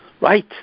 Right